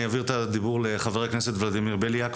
אני מעביר את רשות הדיבור לחבר הכנסת ולדימיר בליאק,